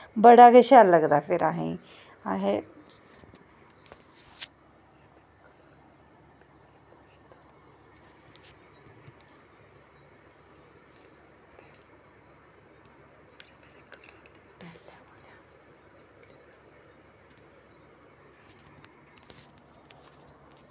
बड़ा गै शैल लगदा फिर असेंगी असें